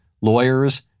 lawyers